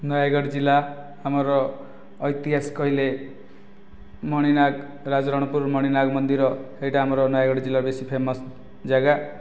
ନୟାଗଡ଼ ଜିଲ୍ଲା ଆମର ଇତିହାସ କହିଲେ ମଣିନାଗ ରାଜରଣପୁର ମଣିନାଗ ମନ୍ଦିର ସେଇଟା ଆମର ନୟାଗଡ଼ ଜିଲ୍ଲାରେ ବେଶୀ ଫେମସ ଜାଗା